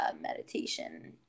meditation